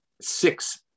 six